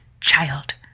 child